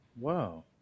Wow